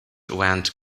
went